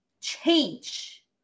change